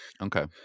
Okay